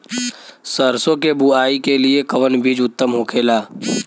सरसो के बुआई के लिए कवन बिज उत्तम होखेला?